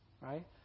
right